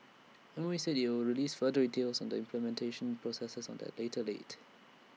M O E said IT will release further details on the implementation processes on that later date